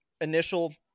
initial